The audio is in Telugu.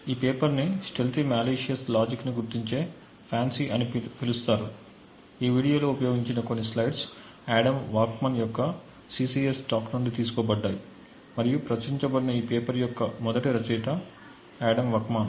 ఈ పేపర్ ని స్టెల్తీ మాలిసియస్ లాజిక్ని గుర్తించే FANCI అని పిలుస్తారు ఈ వీడియోలో ఉపయోగించిన కొన్ని స్లైడ్స్ ఆడమ్ వాక్స్మన్ యొక్క CCS టాక్ నుండి తీసుకోబడ్డాయి మరియు ప్రచురించబడిన ఈ పేపర్ యొక్క మొదటి రచయిత ఆడమ్ వక్స్మాన్